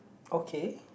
okay